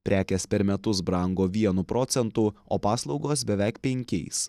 prekės per metus brango vienu procentu o paslaugos beveik penkiais